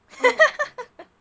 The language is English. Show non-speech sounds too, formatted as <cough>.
<laughs>